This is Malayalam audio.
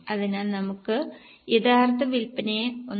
അതിനാൽ നമുക്ക് യഥാർത്ഥ വിൽപ്പനയെ 1